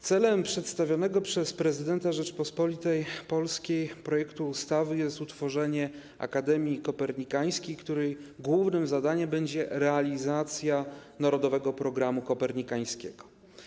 Celem przedstawionego przez prezydenta Rzeczypospolitej Polskiej projektu ustawy jest utworzenie Akademii Kopernikańskiej, której głównym zadaniem będzie realizacja Narodowego Programu Kopernikańskiego.